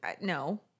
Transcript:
no